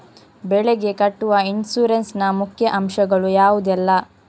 ಬೆಳೆಗೆ ಕಟ್ಟುವ ಇನ್ಸೂರೆನ್ಸ್ ನ ಮುಖ್ಯ ಅಂಶ ಗಳು ಯಾವುದೆಲ್ಲ?